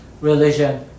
religion